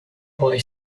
boy